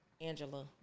Angela